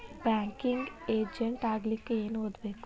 Banking agent ಆಗ್ಲಿಕ್ಕೆ ಏನ್ ಓದ್ಬೇಕು?